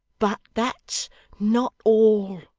but that's not all